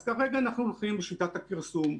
אז כרגע אנחנו הולכים בשיטת הכרסום,